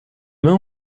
mains